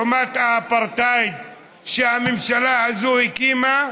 חומת האפרטהייד שהממשלה הזו הקימה.